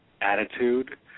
attitude